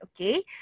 Okay